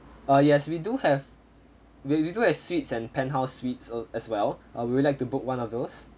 ah yes we do have we we do have suites and penthouse suites as well uh would you like to book one of those